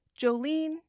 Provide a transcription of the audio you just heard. Jolene